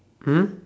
mm